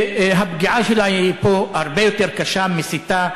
והפגיעה שלה היא פה הרבה יותר קשה, מסיתה,